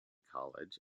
college